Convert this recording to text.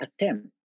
attempt